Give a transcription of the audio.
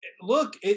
look